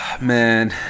Man